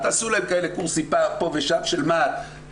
תעשו להם קורסים פה ושם של מה"ט,